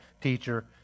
teacher